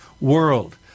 world